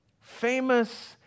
famous